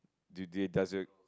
do do does your